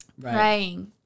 Praying